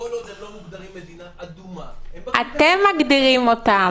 כל עוד הם לא מוגדרים מדינה אדומה --- אתם מגדירים אותם.